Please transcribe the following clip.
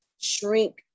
shrink